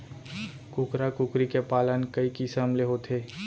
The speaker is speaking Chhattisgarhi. कुकरा कुकरी के पालन कई किसम ले होथे